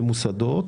ממוסדות,